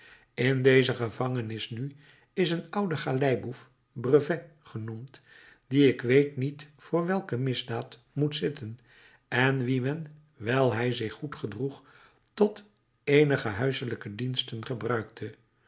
in deze gevangenis nu is een oude galeiboef brevet genoemd die ik weet niet voor welke misdaad moet zitten en wien men wijl hij zich goed gedroeg tot eenige huiselijke diensten gebruikte